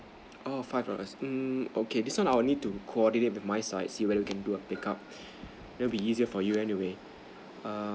oh five dollars um okay this one I would need to coordinate with my side see whether we can do a pick up will be easier for you anyway err